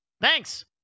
Thanks